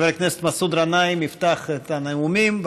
חבר הכנסת מסעוד גנאים יפתח את הנאומים,